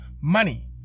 money